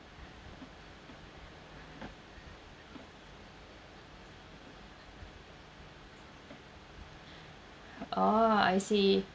oh I see